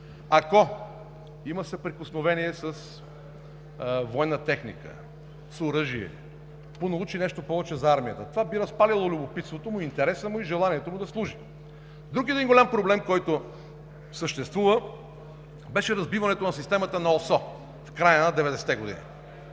има съприкосновение с военна техника, с оръжие, понаучи нещо повече за армията, това би разпалило любопитството, интереса и желанието му да служи. Друг един голям проблем, който съществува, беше разбиването на системата на Организацията за